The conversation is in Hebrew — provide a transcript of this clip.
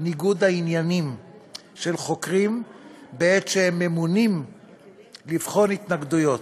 ניגוד העניינים של חוקרים בעת שהם ממונים לבחון התנגדויות.